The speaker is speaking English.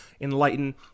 enlighten